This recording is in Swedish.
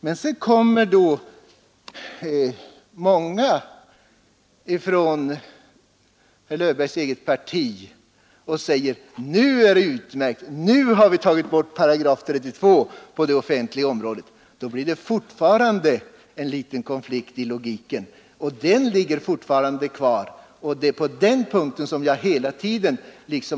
Men så kommer många från herr Löfbergs eget parti och säger: Nu har vi verkligen gjort någonting, nu har vi tagit bort § 32 på det offentliga området. Då blir det fortfarande en liten konflikt i logiken. För så är det ju inte. Det är på den punkten som jag velat ha klarhet.